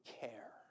care